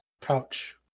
pouch